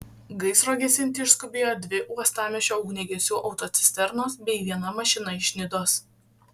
gaisro gesinti išskubėjo dvi uostamiesčio ugniagesių autocisternos bei viena mašina iš nidos